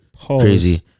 Crazy